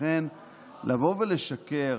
לכן לבוא ולשקר,